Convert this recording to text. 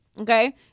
Okay